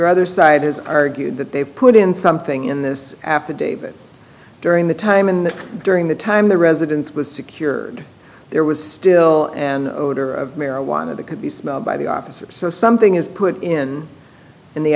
other side has argued that they've put in something in this affidavit during the time in the during the time the residence was secured there was still an odor of marijuana that could be smelled by the opposite so something is put in in the